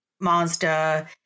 Mazda